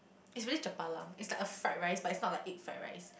it's really japalang it's like a fried rice but it's not like egg fried rice